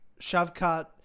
Shavkat